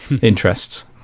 interests